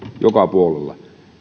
joka puolella